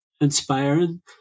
inspiring